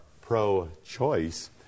pro-choice